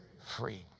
Free